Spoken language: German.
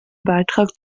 beitrag